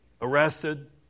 arrested